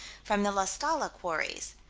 from the la scala quarries.